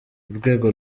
urwego